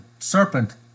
serpent